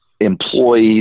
employees